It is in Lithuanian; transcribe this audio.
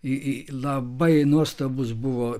į į labai nuostabus buvo